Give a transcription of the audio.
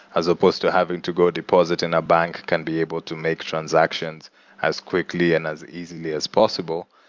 as supposed to having to go deposit in a bank, can be able to make transactions as quickly and as easily as possible?